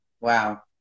Wow